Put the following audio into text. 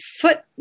foot